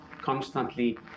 constantly